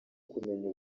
kumenya